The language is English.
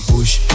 Push